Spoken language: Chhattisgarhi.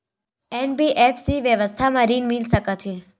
एन.बी.एफ.सी व्यवसाय मा ऋण मिल सकत हे